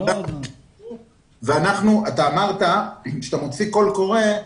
אתה אמרת: כשאתה מוציא קול קורא,